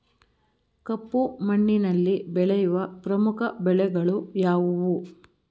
ಕಪ್ಪು ಮಣ್ಣಿನಲ್ಲಿ ಬೆಳೆಯುವ ಪ್ರಮುಖ ಬೆಳೆಗಳು ಯಾವುವು?